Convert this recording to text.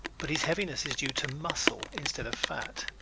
but his heaviness is due to muscle instead of fat.